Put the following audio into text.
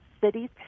cities